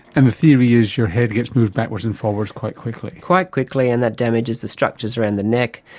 and the theory is your head gets moved backwards and forwards quite quickly. quite quickly, and that damages the structures around the neck.